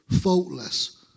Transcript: faultless